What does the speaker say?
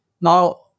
Now